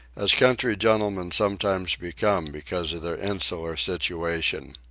as country gentlemen sometimes become because of their insular situation.